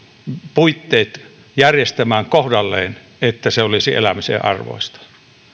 puitteet järjestämään kohdalleen että se olisi elämisen arvoista